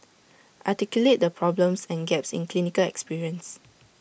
articulate the problems and gaps in clinical experience